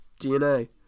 DNA